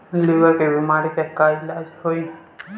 Liver के बीमारी के का इलाज होई?